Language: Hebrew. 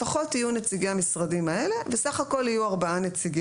לפחות יהיו נציגי המשרדים האלה וסך הכול יהיו ארבעה נציגים.